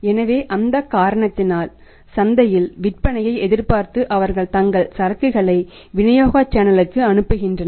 எனவே அந்த காரணத்தினால் சந்தையில் விற்பனையை எதிர்பார்த்து அவர்கள் தங்கள் சரக்குகளை விநியோக சேனலுக்கு அனுப்புகின்றனர்